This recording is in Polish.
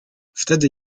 wtedy